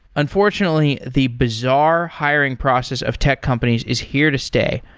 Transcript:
unfortunately, the bizarre hiring process of tech companies is here to stay,